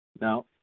Now